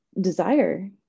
desire